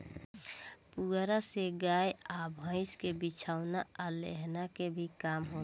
पुआरा से गाय आ भईस के बिछवाना आ लेहन के भी काम होला